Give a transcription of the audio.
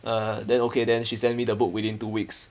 err then okay then she send me the book within two weeks